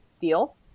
deal